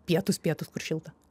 pietūs pietūs kur šilta